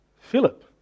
Philip